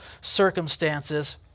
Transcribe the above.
circumstances